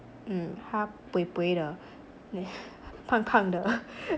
他 pui pui 的胖胖的